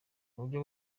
uburyo